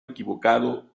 equivocado